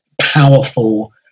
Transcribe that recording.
powerful